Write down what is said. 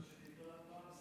זה מה שנקרא,